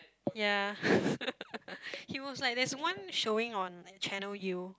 ya he was like there's one showing on Channel U